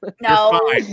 No